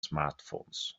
smartphones